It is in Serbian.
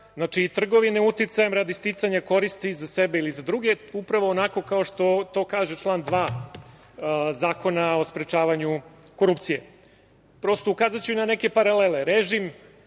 znači i trgovine uticajem radi sticanja koristi za sebe ili za druge, upravo onako kao što to kaže član 2. Zakona o sprečavanju korupcije. Prosto, ukazaću i na neke paralele. Režim